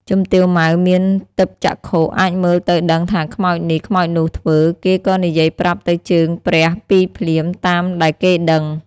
ជំទាវ ម៉ៅ មានទិព្វចក្ខុ អាចមើលទៅដឹងថាខ្មោចនេះ ខ្មោចនោះធ្វើ គេក៏និយាយប្រាប់ទៅជើងព្រះ2ភ្លាម តាមដែលគេដឹង ។